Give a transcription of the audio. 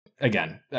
again